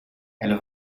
elle